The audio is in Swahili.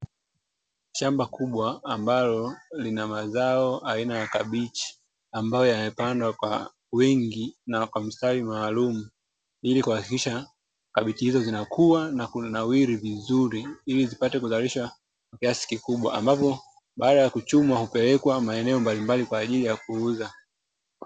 Shamba kubwa ambalo lina mazao aina ya kabichi ambayo yamepandwa kwa wingi na kwa mstari maalum ili kuhakikisha kabichi hizo zinakuwa na kunawiri vizuri, ili zipate kuzalisha kiasi kikubwa ambapo baada ya kuchumwa hupelekwa maeneo mbalimbali kwa ajili ya kuuza.